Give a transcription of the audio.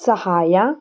ಸಹಾಯ